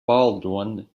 baldwin